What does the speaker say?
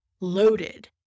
Loaded